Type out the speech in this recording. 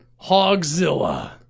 Hogzilla